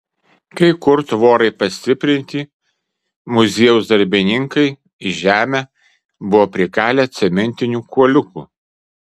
kai kur tvorai pastiprinti muziejaus darbininkai į žemę buvo prikalę cementinių kuoliukų